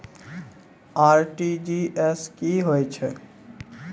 RTGS की होय छै?